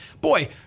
Boy